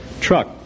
truck